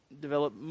Develop